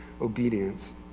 obedience